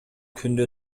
күндү